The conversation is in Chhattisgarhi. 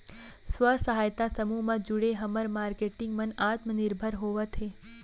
स्व सहायता समूह म जुड़े हमर मारकेटिंग मन आत्मनिरभर होवत हे